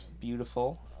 Beautiful